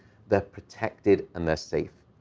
they're protected, and they're safe,